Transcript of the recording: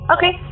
Okay